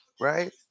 Right